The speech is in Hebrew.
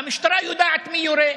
והמשטרה יודעת מי יורה,